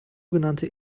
genannte